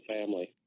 family